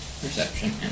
Perception